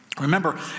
Remember